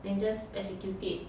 then just execute it